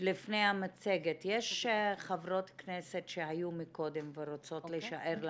יש חברות כנסת שהיו מקודם ורוצות להישאר למצגת?